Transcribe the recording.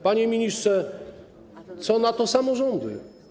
Panie ministrze, co na to samorządy?